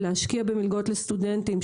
להשקיע במלגות לסטודנטים,